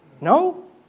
No